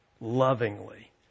Lovingly